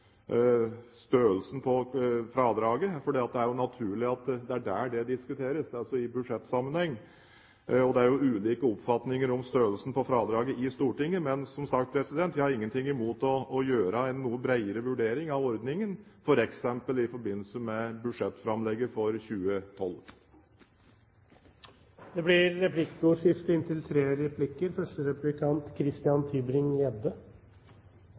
størrelsen på fradraget, for det er naturlig at det er da det diskuteres, altså i budsjettsammenheng. Det er jo ulike oppfatninger i Stortinget om størrelsen på fradraget, men som sagt: Jeg har ingenting imot å gjøre en noe bredere vurdering av ordningen, f.eks. i forbindelse med budsjettframlegget for 2012. Det blir replikkordskifte.